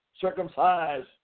circumcised